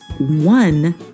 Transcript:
one